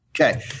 Okay